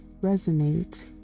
resonate